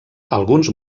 alguns